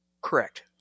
Correct